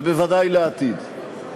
ובוודאי לעתיד,